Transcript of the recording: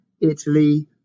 Italy